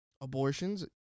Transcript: Abortions